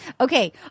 Okay